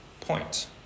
point